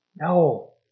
No